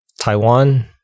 Taiwan